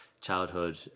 childhood